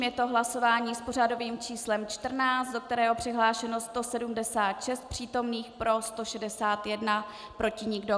Je to hlasování s pořadovým číslem 14, do kterého je přihlášeno 176 přítomných, pro 161, proti nikdo.